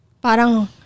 parang